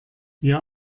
wir